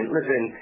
Listen